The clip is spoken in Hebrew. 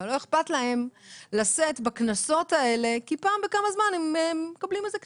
אבל לא אכפת להם לשאת בקנסות האלה כי פעם בכמה זמן הם מקבלים איזה קנס,